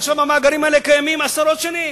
המאגרים האלה קיימים עשרות שנים.